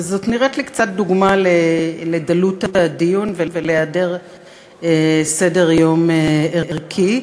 וזאת נראית לי קצת דוגמה לדלות הדיון ולהיעדר סדר-יום ערכי.